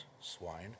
swine